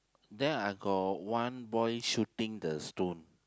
then I got one boy shooting the stone